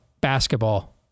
basketball